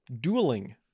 Dueling